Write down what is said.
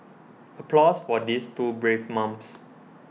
applause for these two brave mums